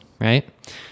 right